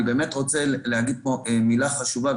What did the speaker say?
אני באמת רוצה להגיד פה מילה חשובה,